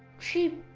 she